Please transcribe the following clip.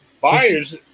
Buyers